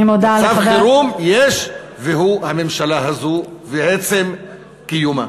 מצב חירום יש, והוא הממשלה הזאת ועצם קיומה.